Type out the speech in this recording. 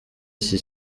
iki